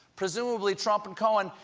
presumably trump and cohen,